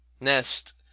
nest